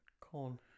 Corn